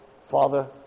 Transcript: father